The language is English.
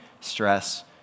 stress